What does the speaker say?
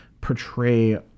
portray